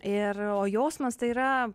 ir o jausmas tai yra